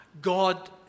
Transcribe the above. God